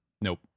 Nope